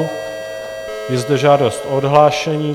Je zde žádost o odhlášení.